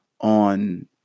on